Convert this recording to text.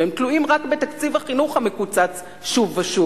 והם תלויים רק בתקציב החינוך המקוצץ שוב ושוב